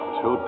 Two